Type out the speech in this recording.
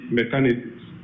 mechanisms